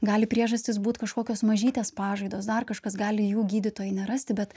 gali priežastys būt kažkokios mažytės pažaidos dar kažkas gali jų gydytojai nerasti bet